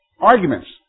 Arguments